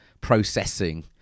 processing